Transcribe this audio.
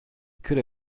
could